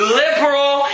liberal